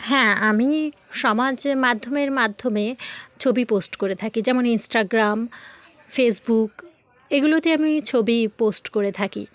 হ্যাঁ আমি সমাজের মাধ্যমের মাধ্যমে ছবি পোস্ট করে থাকি যেমন ইনস্টাগ্রাম ফেসবুক এগুলোতে আমি ছবি পোস্ট করে থাকি